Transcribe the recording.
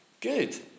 good